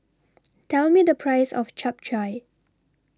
Tell Me The Price of Chap Chai